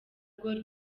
gor